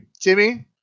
Timmy